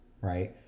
right